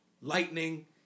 Lightning